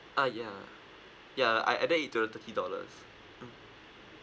ah ya ya I I add it to the thirty dollars mm